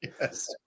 Yes